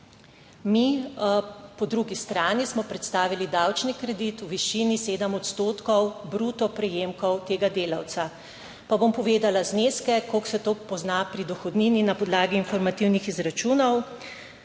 Mi po drugi strani smo predstavili davčni kredit v višini 7 odstotkov bruto prejemkov tega delavca, pa bom povedala zneske koliko se to pozna pri dohodnini na podlagi informativnih izračunov.